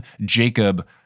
Jacob